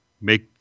make